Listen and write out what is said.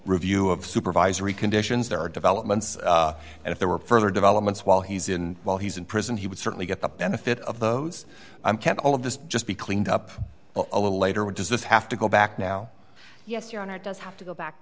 review of supervisory conditions there are developments and if there were further developments while he's in while he's in prison he would certainly get the benefit of those i'm can't all of this just be cleaned up a little later what does this have to go back now yes your honor does have to go back